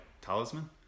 Talisman